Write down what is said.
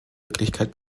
wirklichkeit